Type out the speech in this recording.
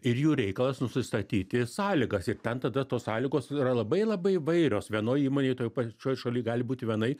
ir jų reikalas nusistatyti sąlygas ir ten tada tos sąlygos yra labai labai įvairios vienoj įmonėj toj pačioj šaly gali būti vienaip